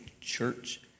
church